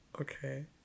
okay